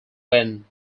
when